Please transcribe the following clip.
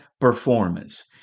performance